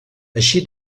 així